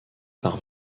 par